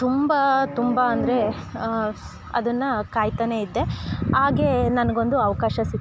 ತುಂಬ ತುಂಬ ಅಂದರೆ ಅದನ್ನು ಕಾಯ್ತಲೇ ಇದ್ದೆ ಆಗೇ ನನಗೊಂದು ಅವಕಾಶ ಸಿಕ್ತು